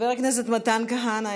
חבר הכנסת מתן כהנא,